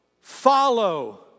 Follow